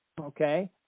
Okay